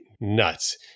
nuts